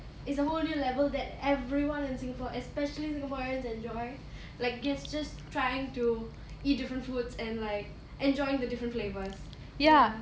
is a whole new level that everyone in singapore especially singaporeans enjoy like gets us trying to eat different foods and like enjoying the different flavours ya